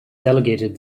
delegated